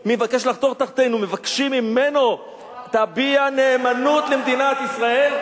תחתינו, תביע נאמנות למדינת ישראל?